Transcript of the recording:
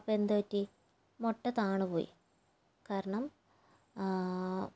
അപ്പം എന്തുപറ്റി മുട്ട താണുപോയി കാരണം